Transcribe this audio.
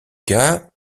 cas